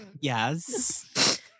Yes